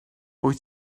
wyt